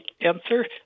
answer